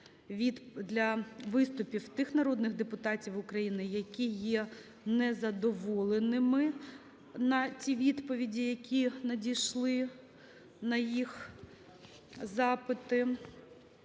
для виступів тих народних депутатів України, які є незадоволеними на ті відповіді, які надійшли на їх запити.